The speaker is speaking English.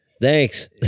Thanks